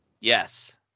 Yes